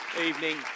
evening